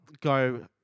go